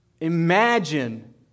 Imagine